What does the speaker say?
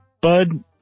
Bud